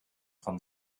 von